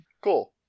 Cool